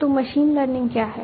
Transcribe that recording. तो machine learning क्या है